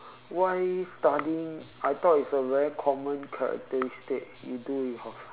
why studying I thought it's a very common characteristic you do with your friend